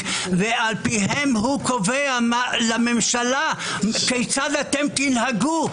ולפיהם הוא קובע לממשלה כיצד אתם תנהגו.